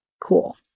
Cool